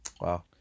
wow